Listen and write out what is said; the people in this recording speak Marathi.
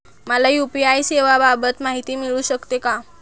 मला यू.पी.आय सेवांबाबत माहिती मिळू शकते का?